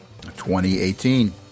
2018